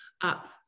up